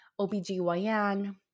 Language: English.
OBGYN